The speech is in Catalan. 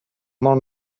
molt